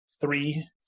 three